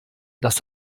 dass